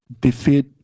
defeat